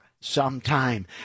sometime